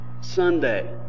Sunday